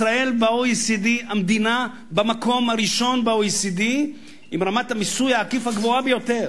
ישראל במקום הראשון ב-OECD עם רמת המיסוי העקיף הגבוהה ביותר.